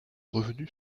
revenus